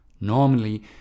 Normally